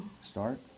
Start